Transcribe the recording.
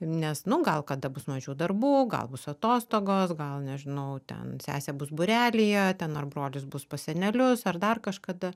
nes nu gal kada bus mažiau darbų gal bus atostogos gal nežinau ten sesė bus būrelyje ten ar brolis bus pas senelius ar dar kažkada